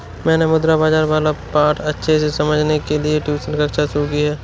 मैंने मुद्रा बाजार वाला पाठ अच्छे से समझने के लिए ट्यूशन कक्षा शुरू की है